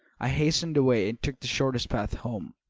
i hastened away and took the shortest path home.